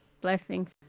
Blessings